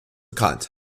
bekannt